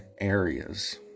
areas